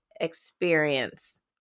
experience